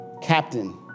captain